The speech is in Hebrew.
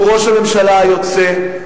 הוא ראש הממשלה היוצא,